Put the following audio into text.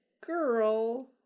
girl